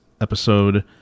episode